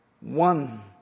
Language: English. One